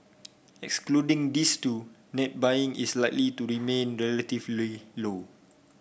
excluding these two net buying is likely to remain relatively low